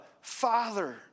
Father